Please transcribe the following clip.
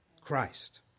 Christ